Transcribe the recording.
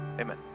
amen